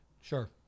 Sure